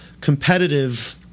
competitive